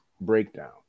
breakdown